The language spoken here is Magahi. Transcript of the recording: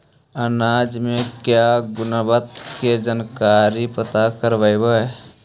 अनाज मे क्या गुणवत्ता के जानकारी पता करबाय?